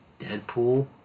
Deadpool